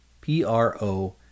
p-r-o